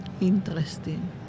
Interesting